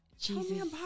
Jesus